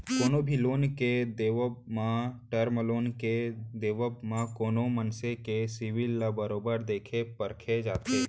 कोनो भी लोन के देवब म, टर्म लोन के देवब म कोनो मनसे के सिविल ल बरोबर देखे परखे जाथे